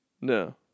no